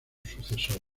sucesor